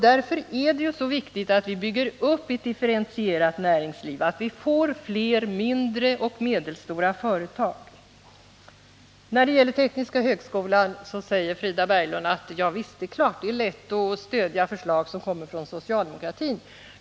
Därför är det också viktigt att bygga upp ett differentierat näringsliv och att få flera mindre och medelstora företag. När det gäller tekniska högskolan säger Frida Berglund att det är klart att det är lätt att stödja förslag som kommer från socialdemokratin.